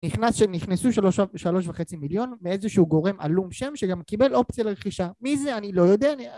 נכנס שנכנסו שלוש וחצי מיליון מאיזשהו גורם עלום שם שגם קיבל אופציה לרכישה מי זה אני לא יודע